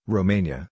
Romania